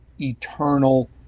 eternal